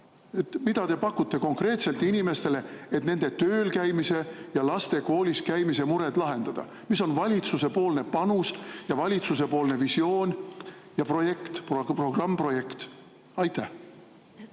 Mida te konkreetselt pakute inimestele, et nende töölkäimise ja laste kooliskäimise mured lahendada? Mis on valitsusepoolne panus ja valitsusepoolne visioon, programm, projekt? Aitäh!